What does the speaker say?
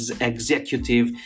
executive